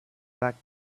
back